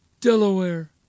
Delaware